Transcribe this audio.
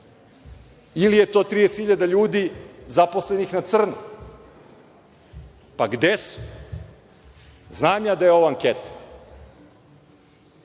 Ili je to 30.000 ljudi zaposlenih na crno? Gde su? Znam da je ovo anketa,